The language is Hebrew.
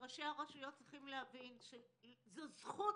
וראשי הרשויות צריכים להבין שזה זכות